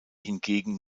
hingegen